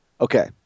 Okay